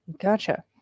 gotcha